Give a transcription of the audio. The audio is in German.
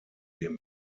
dem